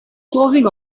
closing